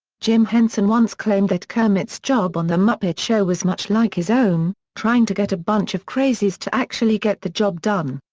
jim henson once claimed that kermit's job on the muppet show was much like his own trying to get a bunch of crazies to actually get the job done.